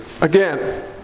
again